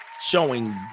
showing